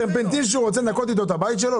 על טרפנטין שהוא רוצה לנקות איתו את הבית שלו?